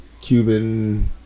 Cuban